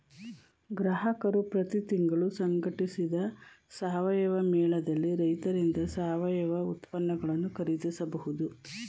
ಗ್ರಾಹಕರು ಪ್ರತಿ ತಿಂಗಳು ಸಂಘಟಿಸಿದ ಸಾವಯವ ಮೇಳದಲ್ಲಿ ರೈತರಿಂದ ಸಾವಯವ ಉತ್ಪನ್ನಗಳನ್ನು ಖರೀದಿಸಬಹುದು